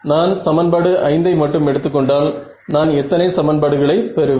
நான் சமன்பாடு 5 ஐ மட்டும் எடுத்துக் கொண்டால் நான் எத்தனை சமன்பாடுகளை பெறுவேன்